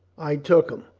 i took him.